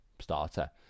starter